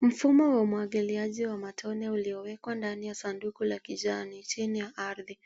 Mfumo wa umwangiliaji uliowekwa ndani ya sanduku la kijani chini ya ardhi